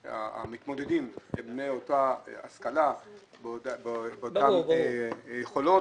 כך שהמתמודדים הם עם אותה השכלה ואותן יכולות.